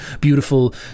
beautiful